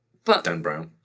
but dan brown.